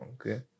Okay